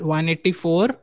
184